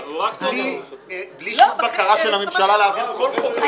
--- בלי שום בקרה של הממשלה אפשר להעביר כל חוק עכשיו.